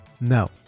No